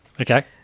Okay